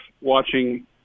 watching